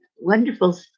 wonderful